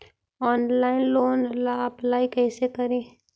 Online loan ला apply कैसे करी?